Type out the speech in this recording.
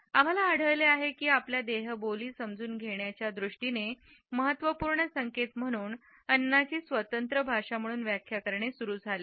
आम्हाला आढळले आहे की आपल्या देहबोली समजून घेण्याच्या दृष्टीने महत्त्वपूर्ण संकेत म्हणून अन्नाची स्वतंत्र भाषा म्हणून व्याख्या करणे सुरू झाले आहे